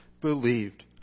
believed